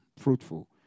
Fruitful